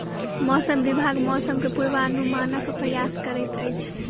मौसम विभाग मौसम के पूर्वानुमानक प्रयास करैत अछि